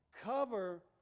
cover